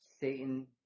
Satan